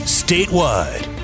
statewide